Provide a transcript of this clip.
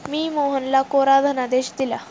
मी मोहनला कोरा धनादेश दिला